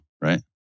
right